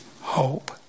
hope